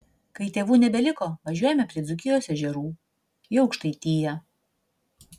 kai tėvų nebeliko važiuojame prie dzūkijos ežerų į aukštaitiją